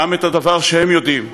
גם את הדבר שהם יודעים,